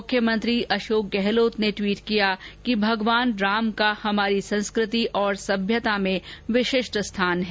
मुख्यमंत्री अशोक गहलोत ने ट्वीट किया कि भगवान राम का हमारी संस्कृति और सभ्यता में विशिष्ट स्थान है